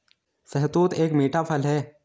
शहतूत एक मीठा फल है